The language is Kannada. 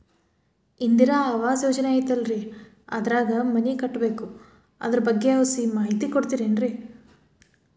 ಇಂದಿರಾ ಆವಾಸ ಯೋಜನೆ ಐತೇಲ್ರಿ ಅದ್ರಾಗ ಮನಿ ಕಟ್ಬೇಕು ಅದರ ಬಗ್ಗೆ ಒಸಿ ಮಾಹಿತಿ ಕೊಡ್ತೇರೆನ್ರಿ?